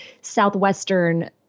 southwestern